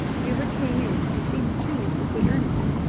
juba came in and seemed pleased to see ernest.